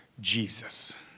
Jesus